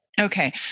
Okay